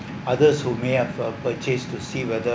others who may have a purchase to see whether